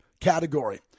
category